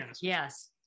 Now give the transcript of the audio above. Yes